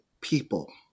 people